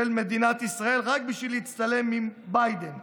מדינת ישראל רק בשביל להצטלם עם ביידן,